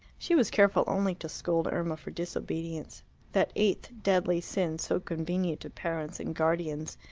she was careful only to scold irma for disobedience that eighth deadly sin, so convenient to parents and guardians.